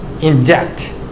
inject